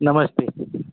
नमस्ते